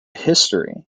history